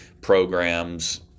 programs